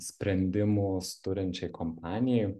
sprendimus turinčiai kompanijai